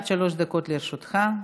עד שלוש דקות לרשותך.